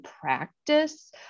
practice